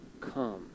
come